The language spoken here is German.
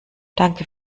danke